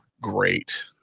Great